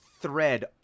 thread